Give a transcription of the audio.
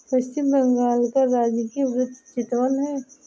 पश्चिम बंगाल का राजकीय वृक्ष चितवन है